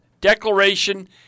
Declaration